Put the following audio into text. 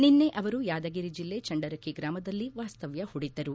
ನಿನ್ನೆ ಅವರು ಯಾದಗಿರಿ ಜಿಲ್ಲೆ ಚಂಡರಕಿ ಗ್ರಾಮದಲ್ಲಿ ವಾಸ್ತವ್ದ ಹೂಡಿದ್ದರು